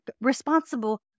responsible